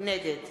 נגד